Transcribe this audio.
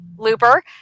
looper